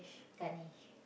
Ganesh